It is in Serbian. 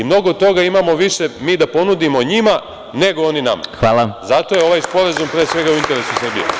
Mnogo toga imamo više mi da ponudimo njima nego oni nama, zato je ovaj Sporazum, pre svega, u interesu Srbije.